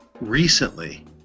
recently